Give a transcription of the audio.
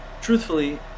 truthfully